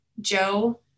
Joe